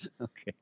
okay